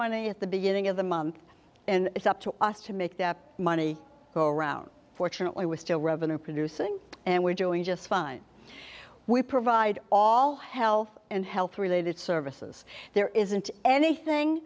money at the beginning of the month and it's up to us to make that money go around fortunately we're still revenue producing and we're doing just fine we provide all health and health related services there isn't anything